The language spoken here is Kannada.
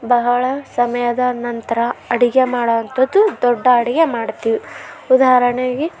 ಬಹಳ ಸಮಯದ ನಂತರ ಅಡುಗೆ ಮಾಡೊವಂಥದ್ದು ದೊಡ್ಡ ಅಡುಗೆ ಮಾಡ್ತೀವಿ ಉದಾಹರಣೆಗೆ